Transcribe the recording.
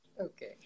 Okay